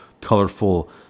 colorful